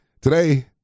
today